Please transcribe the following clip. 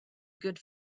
good